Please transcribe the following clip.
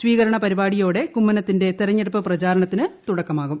സ്വീകരണപരിപാടിയോടെ കുമ്മനത്തിന്റെ തെരഞ്ഞ്ടുപ്പ് പ്രചാരണത്തിന് തുടക്കമാകും